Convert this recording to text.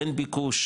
אין ביקוש,